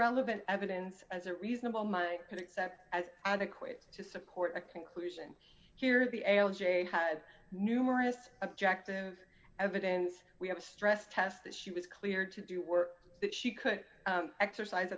relevant evidence as a reasonable mind could accept as adequate to support a conclusion here had numerous objective evidence we have a stress test that she was cleared to do were that she could exercise